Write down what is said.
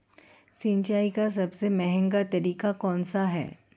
सिंचाई का सबसे महंगा तरीका कौन सा है?